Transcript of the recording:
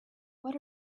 what